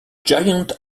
giant